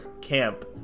camp